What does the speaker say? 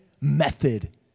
method